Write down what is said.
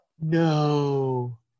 No